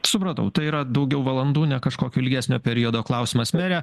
supratau tai yra daugiau valandų ne kažkokio ilgesnio periodo klausimas mere